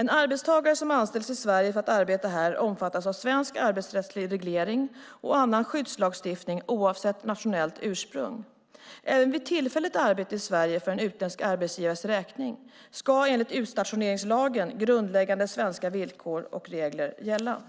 En arbetstagare som anställs i Sverige för att arbeta här omfattas av svensk arbetsrättslig reglering och annan skyddslagstiftning oavsett nationellt ursprung. Även vid tillfälligt arbete i Sverige för en utländsk arbetsgivares räkning ska, enligt utstationeringslagen, grundläggande svenska villkor och regler gälla.